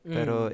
Pero